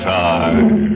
time